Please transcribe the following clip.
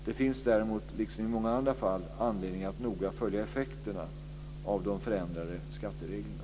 Det finns däremot - liksom i många andra fall - anledning att noga följa effekterna av de förändrade skattereglerna.